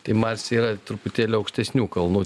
tai masė yra truputėlį aukštesnių kalnų